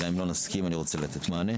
גם אם לא נסכים אני רוצה לתת מענה.